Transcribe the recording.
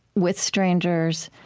with strangers,